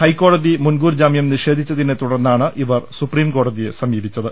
ഹൈക്കോടതി മുൻകൂർ ജാമ്യം നിഷേധിച്ച തിനെതുടർന്നാണ് ഇവർ സുപ്രീംകോടതിയെ സമീപിച്ചത്